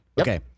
Okay